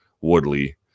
Woodley